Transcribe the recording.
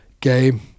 game